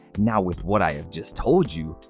now with what i have just told you,